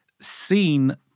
seen